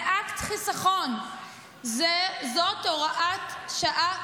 זה אקט חיסכון, זאת הוראת שעה